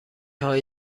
هایی